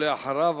ואחריו,